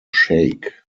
shake